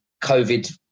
COVID